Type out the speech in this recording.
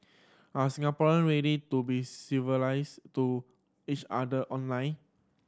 are Singaporean ready to be civilize to each other online